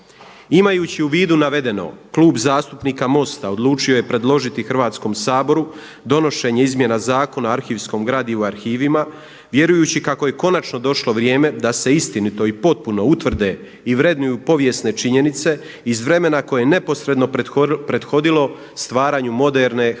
Imajući u vidu navedeno, Klub zastupnika MOST-a odlučio je predložiti Hrvatskom saboru donošenje izmjena Zakona o arhivskom gradivu i arhivima vjerujući kako je konačno došlo vrijeme da se istinito i potpuno utvrde i vrednuju povijesne činjenice iz vremena koje je neposredno prethodilo stvaranju moderne Hrvatske